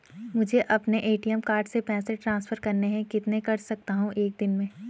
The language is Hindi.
मुझे अपने ए.टी.एम कार्ड से पैसे ट्रांसफर करने हैं कितने कर सकता हूँ एक दिन में?